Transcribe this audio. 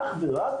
אך ורק